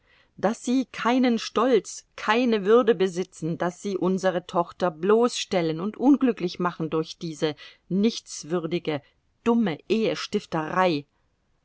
daß sie keinen stolz keine würde besitzen daß sie unsere tochter bloßstellen und unglücklich machen durch diese nichtswürdige dumme ehestifterei